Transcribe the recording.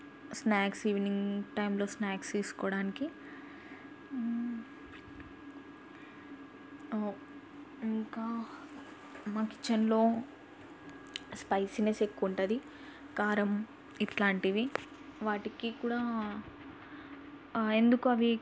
snacks evening టైంలో snacks తీసుకోవడానికి ఇంకా మా కిచెన్లో స్పైసీనెస్ ఎక్కువ ఉంటుంది కారం ఇట్లాంటివి వాటికి కూడా ఎందుకు అవి